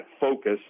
focus